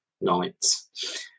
nights